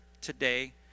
today